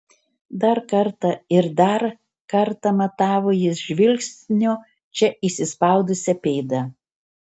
dar kartą ir dar kartą matavo jis žvilgsniu čia įsispaudusią pėdą